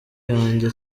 yanjye